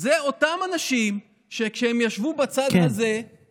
זה אותם אנשים שכשהם ישבו בצד הזה, כן.